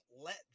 let